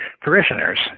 parishioners